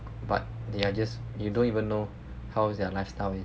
but they are just you don't even know how is their lifestyle is